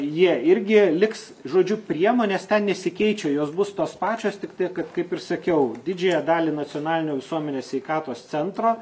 jie irgi liks žodžiu priemonės ten nesikeičia jos bus tos pačios tiktai kad kaip ir sakiau didžiąją dalį nacionalinio visuomenės sveikatos centro